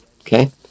okay